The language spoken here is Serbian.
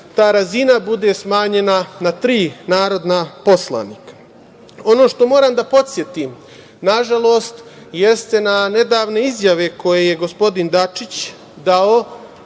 ta razina bude smanjena na tri narodna poslanika. Ono što moram da podsetim, nažalost, jeste na nedavne izjave koje je gospodin Dačić dao,